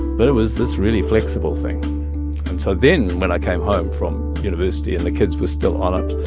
but it was this really flexible thing. and so then when i came home from university and the kids were still on it,